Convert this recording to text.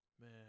Man